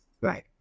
Right